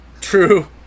True